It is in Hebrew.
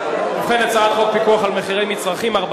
את הצעת חוק פיקוח על מחירי מצרכים ושירותים (תיקון,